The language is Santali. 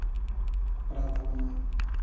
ᱠᱚᱨᱟᱣ ᱛᱟᱵᱚᱱᱟ